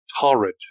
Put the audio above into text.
torrid